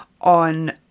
on